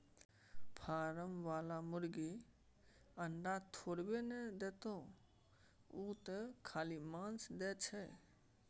form बला मुरगी अंडा थोड़बै न देतोउ ओ तँ खाली माउस दै छै